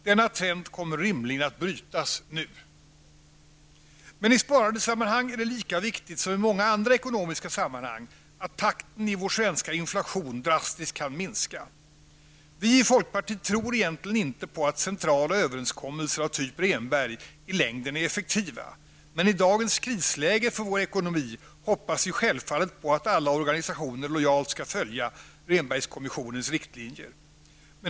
Denna trend kommer rimligen att brytas nu. Men i sparandesammanhang är det lika viktigt som i många andra ekonomiska sammanhang att takten i vår svenska inflation drastiskt kan minska. Vi i folkpartiet tror egentligen inte på att centrala överenskommelser av typ Rehnberg i längden är effektiva, men i dagens krisläge för vår ekonomi hoppas vi självfallet på att alla organisationer lojalt skall följa Rehnbergkommissionens riktlinjer.